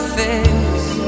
face